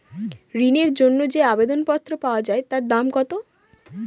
ঋণের জন্য যে আবেদন পত্র পাওয়া য়ায় তার দাম কত?